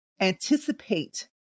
anticipate